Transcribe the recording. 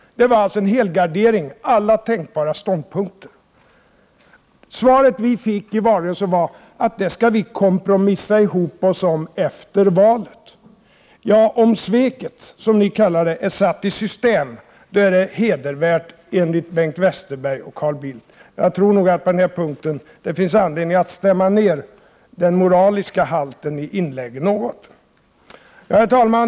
Det var alltså en helgardering med alla tänkbara ståndpunkter. Vi fick i valrörelsen veta att det skulle man kompromissa ihop sig om efter valet. Om sveket, som det kallas, är satt i system, då är det hedervärt enligt Bengt Westerberg och Carl Bildt. Jag tror att det på den punkten finns anledning att något stämma ner den moraliska halten i inläggen. Herr talman!